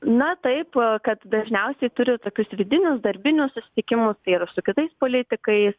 na taip kad dažniausiai turi tokius vidinius darbinius susitikimus tai ir su kitais politikais